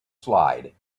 slide